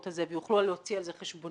הזה ויוכלו להוציא על זה חשבוניות.